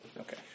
Okay